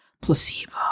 placebo